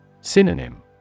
Synonym